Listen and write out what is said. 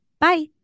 Bye